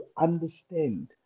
understand